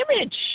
image